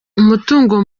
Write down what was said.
umutungo